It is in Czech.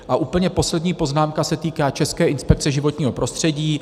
A úplně poslední poznámka se týká České inspekce životního prostředí.